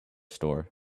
store